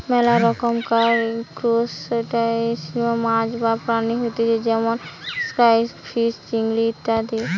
মেলা রকমকার ত্রুসটাসিয়ান মাছ বা প্রাণী হতিছে যেমন ক্রাইফিষ, চিংড়ি ইত্যাদি